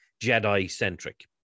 Jedi-centric